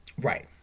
Right